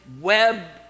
web